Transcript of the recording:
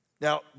Now